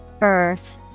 Earth